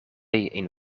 een